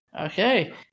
Okay